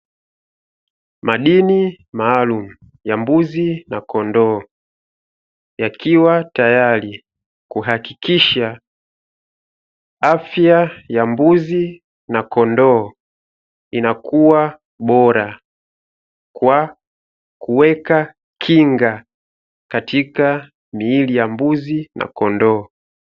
Madini maalumu ya mbuzi na kondoo, yakiwa tayari kuhakikisha afya ya mbuzi na kondoo inakuwa bora, kwa kuweka kinga katika miili ya mbuzi na kondoo.